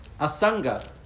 Asanga